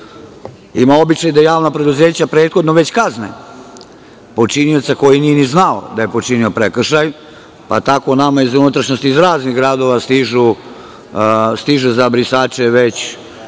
ima običaj da javna preduzeća prethodno već kazne počinioca koji nije ni znao da je počinio prekršaj, pa tako nama iz unutrašnjosti iz raznih gradova stižu za brisače već